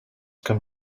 can